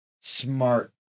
smart